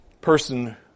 Person